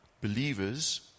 believers